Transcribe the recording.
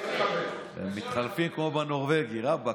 מתחלפים כמו בנורבגי, רבאק.